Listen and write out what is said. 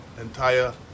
entire